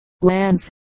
lands